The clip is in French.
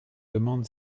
demande